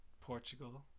Portugal